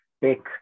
big